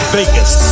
Vegas